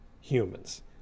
humans